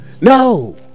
no